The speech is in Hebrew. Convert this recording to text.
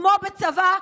כמו בצבא,